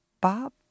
Bob